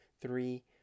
three